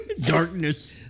darkness